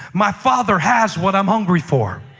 my father has what i'm hungry for.